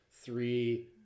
three